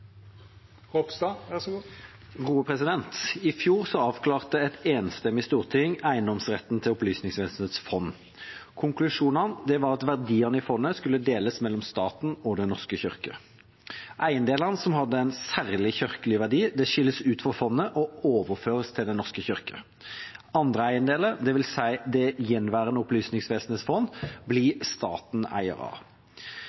I fjor avklarte et enstemmig storting eiendomsretten til Opplysningsvesenets fond. Konklusjonen var at verdiene i fondet skulle deles mellom staten og Den norske kirke. Eiendelene som hadde en særlig kirkelig verdi, skilles ut fra fondet og overføres til Den norske kirke. Andre eiendeler, det vil si det gjenværende Opplysningsvesenets fond, blir